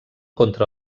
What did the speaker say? contra